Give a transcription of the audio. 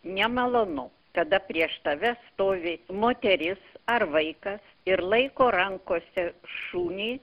nemalonu kada prieš tave stovi moteris ar vaikas ir laiko rankose šunį